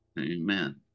Amen